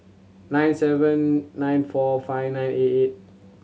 six seven nine four five nine eight eight